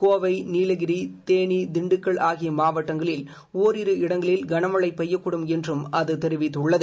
கோவை நீலகிரி தேனி திண்டுக்கல் ஆகிய மாவட்டங்களில் ஒரிரு இடங்களில் கனமழை பெய்யக்கூடும் என்றும் அது தெரிவித்துள்ளது